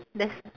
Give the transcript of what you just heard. there's